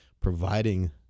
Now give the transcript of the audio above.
providing